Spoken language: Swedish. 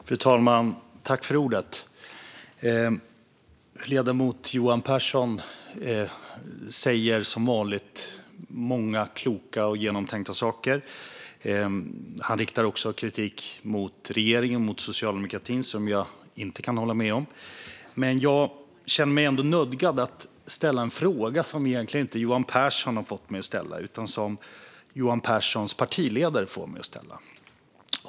Fru talman! Ledamoten Johan Pehrson säger som vanligt många kloka och genomtänkta saker. Men han riktar också kritik mot regeringen och socialdemokratin som jag inte kan hålla med om. Jag känner mig nödgad att ställa en fråga som egentligen inte Johan Pehrson får mig att ställa utan Johan Pehrsons partiledare.